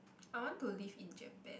I want to live in Japan